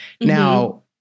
Now